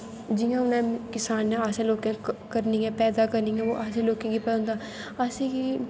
जियां हून किसानैं असैं लोकैं हून असैं लोकैं पैदा करनियां असैं लोकें गी पता होंदा असेंगी